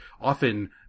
often